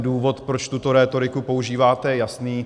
Důvod, proč tuto rétoriku používáte, je jasný.